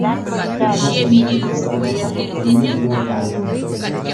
šviesos energija yra proporcinga jos dažniui